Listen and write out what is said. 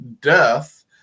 death